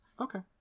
Okay